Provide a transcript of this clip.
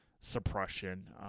suppression